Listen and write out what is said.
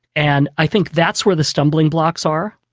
and i think that's where the stumbling blocks are.